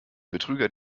betrüger